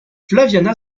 flaviana